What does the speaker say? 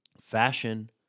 fashion